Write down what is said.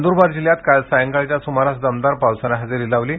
नंदुरबार जिल्ह्यात काल सायंकाळच्या सुमारास दमदार पावसाने हजेरी लावली आहे